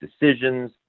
decisions